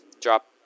drop